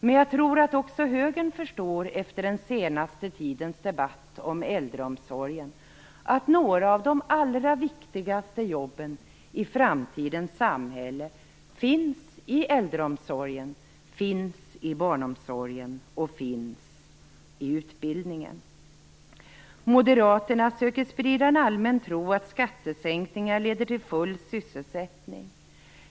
Men jag tror att också högern efter den senaste tidens debatt om äldreomsorgen förstår att några av de viktigaste jobben i framtidens samhälle finns inom äldreomsorgen, barnomsorgen och utbildningen. Moderaterna söker sprida en allmän tro att skattesänkningar leder till full sysselsättning.